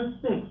six